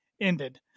ended